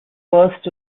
first